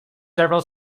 several